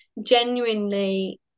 genuinely